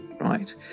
right